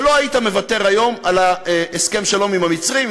שלא היית מוותר היום על הסכם השלום עם המצרים,